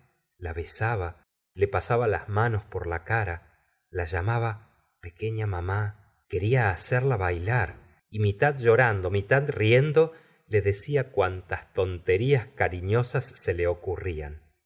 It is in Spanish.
la besaba le pasaba las manos por la cara a llamaba peques mamá quería hacerla bailar y mitad llorando mitad riendo le decía cuantas tonterías carifiosas se le ocurrían la